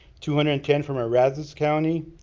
two hundred and ten from aransas county.